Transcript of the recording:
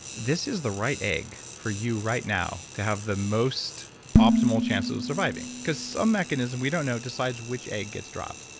this is the right egg for you right now, to have the most optimal chance of surviving. because some mechanism, we don't know decides which egg gets dropped.